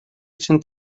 için